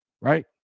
right